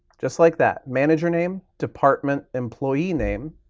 just like that, manager name, department, employee name.